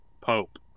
pope